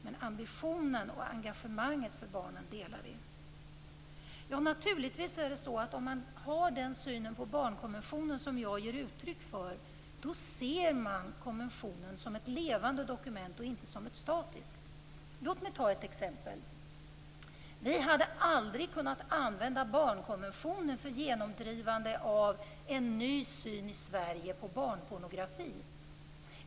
Men ambitionen och engagemanget för barnen delar vi. Naturligtvis är det så att om man har den synen på barnkonventionen som jag ger uttryck för ser man konventionen som ett levande dokument och inte som ett statiskt. Låt mig ta ett exempel. Vi hade aldrig kunnat använda barnkonventionen för genomdrivande av en ny syn i Sverige på barnpornografi.